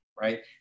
right